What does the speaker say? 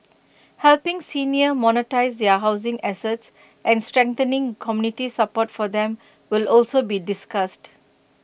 helping seniors monetise their housing assets and strengthening community support for them will also be discussed